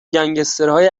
گنسگترهای